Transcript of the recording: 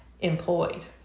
employed